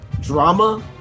drama